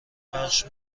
پخش